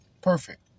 Perfect